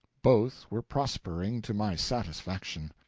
both were prospering to my satisfaction.